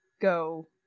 Go